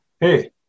Hey